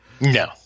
No